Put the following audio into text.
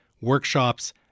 workshops